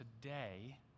today